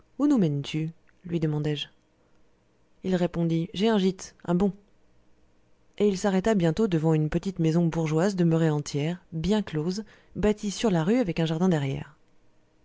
où nous mènes tu lui demandai-je il répondit j'ai un gîte un bon et il s'arrêta bientôt devant une petite maison bourgeoise demeurée entière bien close bâtie sur la rue avec un jardin derrière